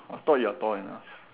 I thought you are tall enough